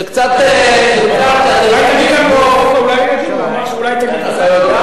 שקצת, כשאתם באים לתקוף, אבל יש תודה.